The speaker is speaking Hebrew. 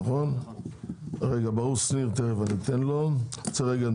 נעמי, את רוצה להגיד